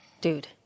Dude